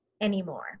anymore